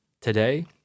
Today